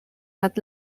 nad